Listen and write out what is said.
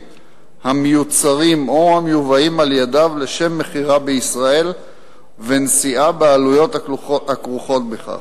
המיוצרים או המיובאים על-ידיו לשם מכירה בישראל ונשיאה בעלויות הכרוכות בכך.